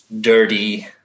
dirty